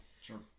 sure